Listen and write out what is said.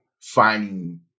finding